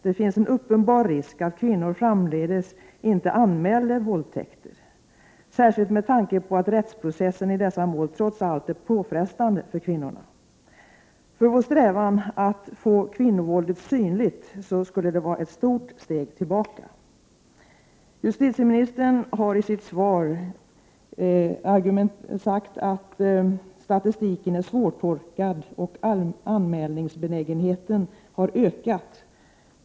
Det finns en uppenbar risk att kvinnor framdeles inte anmäler våldtäkter, särskilt med tanke på att rättsprocessen i dessa mål trots allt är påfrestande för kvinnorna. För vår strävan att få kvinnovåldet synligt skulle det vara ett stort steg tillbaka. Justitieministern sade i sitt svar att statistiken är svårtolkad och att anmälningsbenägenheten har ökat.